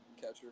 catcher